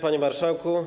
Panie Marszałku!